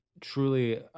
truly